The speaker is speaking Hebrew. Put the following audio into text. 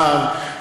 שר,